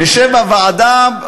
נשב בוועדה,